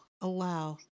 allow